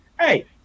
hey